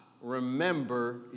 remember